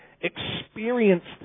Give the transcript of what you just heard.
experienced